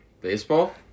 Baseball